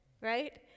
right